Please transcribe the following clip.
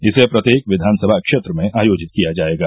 इसे प्रत्येक विधानसभा क्षेत्र में आयोजित किया जाएगा